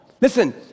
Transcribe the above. Listen